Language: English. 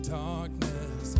darkness